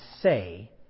say